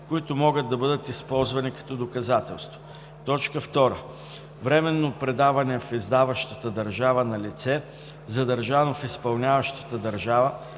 които могат да бъдат използвани като доказателство; 2. временно предаване в издаващата държава на лице, задържано в изпълняващата държава,